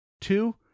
Two